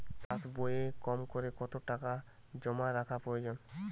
পাশবইয়ে কমকরে কত টাকা জমা রাখা প্রয়োজন?